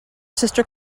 sister